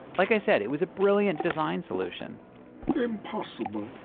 like i said it was a brilliant design solution impossible